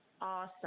Awesome